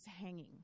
hanging